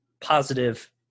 positive